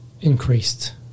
increased